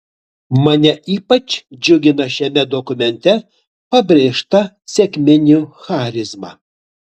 mane ypač džiugina šiame dokumente pabrėžta sekminių charizma